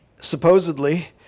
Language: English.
supposedly